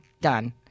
done